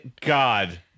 God